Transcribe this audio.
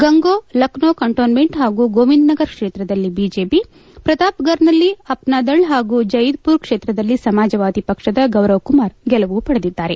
ಗಂಗೋ Lucknow cantonment ಹಾಗೂ ಗೋವಿಂದನಗರ ಕ್ಷೇತ್ರದಲ್ಲಿ BJP ಪ್ರತಾಪ್ಗರ್ನಲ್ಲಿ ಅಪ್ನಾದಳ್ ಹಾಗೂ ಜ್ಟೆಯಿದ್ಪುರ್ ಕ್ಷೇತ್ರದಲ್ಲಿ ಸಮಾಜವಾದಿ ಪಕ್ಷದ ಗೌರವಕುಮಾರ್ ಗೆಲುವು ಪಡೆದಿದ್ದಾರೆ